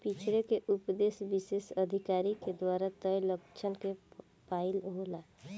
बिछरे के उपदेस विशेष अधिकारी के द्वारा तय लक्ष्य क पाइल होला